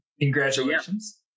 congratulations